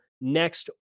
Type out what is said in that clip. next